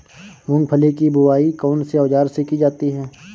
मूंगफली की बुआई कौनसे औज़ार से की जाती है?